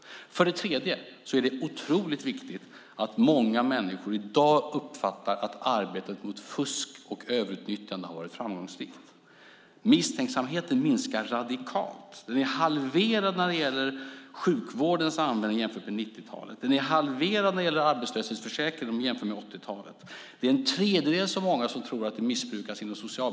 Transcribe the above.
Det är också viktigt att många människor i dag uppfattar att arbetet mot fusk och överutnyttjande har varit framgångsrikt. Misstänksamheten minskar radikalt. Den är halverad när det gäller sjukvårdens användning jämfört med 90-talet. Den är halverad när det gäller arbetslöshetsförsäkringen om vi jämför med 80-talet. Det är en tredjedel så många som tror att socialbidragssystemen missbrukas.